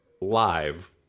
live